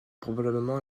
probablement